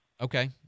okay